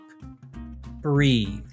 Breathe